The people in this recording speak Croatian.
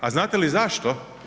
A znate li zašto?